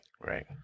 Right